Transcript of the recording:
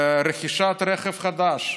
רכישת רכב חדש,